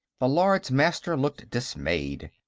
the lords-master looked dismayed.